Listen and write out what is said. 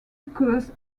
occurs